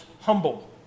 humble